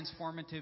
transformative